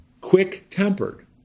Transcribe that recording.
Quick-tempered